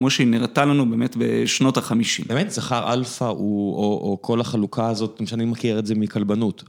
כמו שהיא נראתה לנו באמת בשנות החמישים. באמת? זכר אלפא הוא... או או כל החלוקה הזאת, מה שאני מכיר את זה מכלבנות.